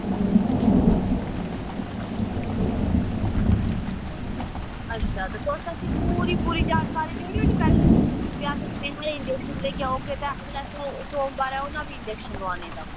अच्छा ते तुस पूरी पूरी जानकारी देई ओड़ेओ ना पैह्लें ते भी अस मेहियें दे इंजेक्शन लेइयै औगे तां ओह् सोमवारें औना भी इंजेक्शन लोआनै ई तां